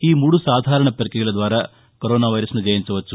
ఈ మూడు సాధారణ ప్రక్రియల ద్వారా కరోనా వైరస్ను జయించవచ్చు